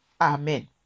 Amen